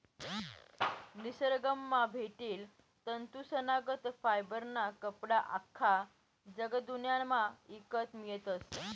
निसरगंमा भेटेल तंतूसनागत फायबरना कपडा आख्खा जगदुन्यामा ईकत मियतस